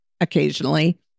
occasionally